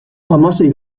hamasei